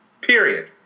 Period